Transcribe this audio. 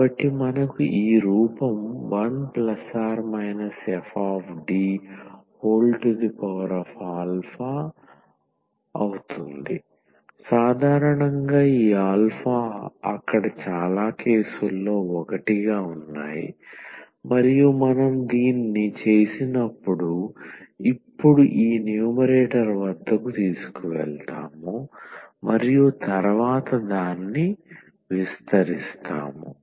కాబట్టి మనకు ఈ రూపం 1±FD సాధారణంగా ఈ ఆల్ఫా అక్కడ చాలా కేసుల్లో 1 గా ఉన్నాయి మరియు మనం దీన్ని చేసినప్పుడు ఇప్పుడు ఈ న్యూమరేటర్ వద్దకు తీసుకువెళతాము మరియు తరువాత దాన్ని విస్తరిస్తాము